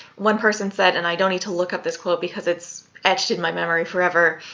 one person said, and i don't need to look up this quote because it's etched in my memory forever,